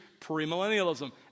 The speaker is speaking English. Premillennialism